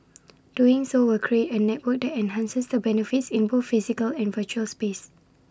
doing so will create A network that enhances the benefits in both physical and virtual space